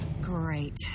Great